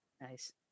Nice